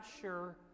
sure